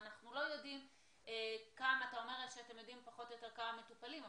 אתם יודעים כמה מטופלים יש,